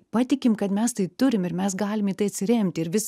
patikim kad mes tai turim ir mes galim į tai atsiremti ir vis